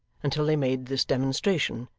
until they made this demonstration,